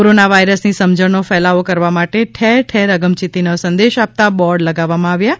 corona virus ની સમજણ નો ફેલાવો કરવા માટે ઠેર ઠેર અગમચેતી નો સંદેશો આપતા બોર્ડ લગાવવા માં આવ્યા છે